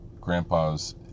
grandpa's